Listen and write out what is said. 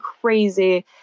crazy